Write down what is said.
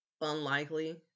unlikely